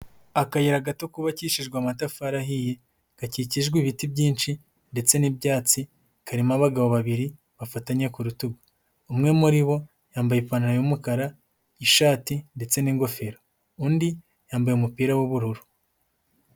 Akayira gato kubakishijwe amatafari ahiye gakikijwe ibiti byinshi ndetse n'ibyatsi, karimo abagabo babiri bafatanye ku rutugu, umwe muri bo yambaye ipantaro y'umukara n'ishati ndetse n'ingofero, undi yambaye umupira w'ubururu.